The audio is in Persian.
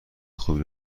خوبی